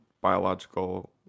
biological